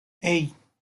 hey